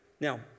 Now